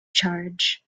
charge